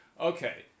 okay